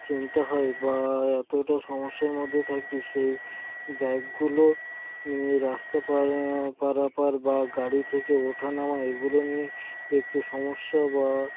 চিন্তা হয় বা এতটা সমস্যার মধ্যে থাকি সেই ব্যাগগুলো নিয়ে রাস্তা পার পারাপার বা গাড়ি থেকে ওঠা নামা এইগুলো নিয়ে একটু সমস্যা বা